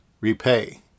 repay